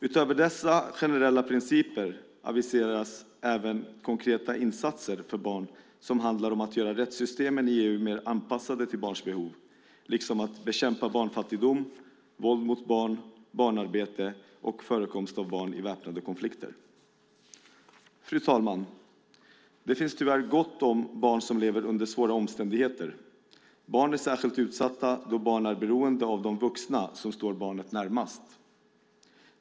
Utöver dessa generella principer aviseras även konkreta insatser för barn som handlar om att göra rättssystemen i EU mer anpassade till barns behov, liksom att bekämpa barnfattigdom, våld mot barn, barnarbete och förekomst av barn i väpnade konflikter. Fru talman! Det finns tyvärr gott om barn som lever under svåra omständigheter. Barn är särskilt utsatta då barn är beroende av de vuxna som står barnet närmast.